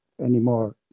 anymore